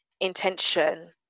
Intention